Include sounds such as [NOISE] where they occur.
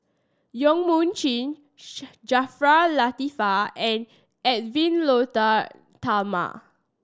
Yong Mun Chee [UNINTELLIGIBLE] Jaafar Latiff and Edwy Lyonet Talma